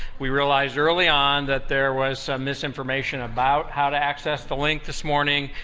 we realized early on that there was some misinformation about how to access the link this morning.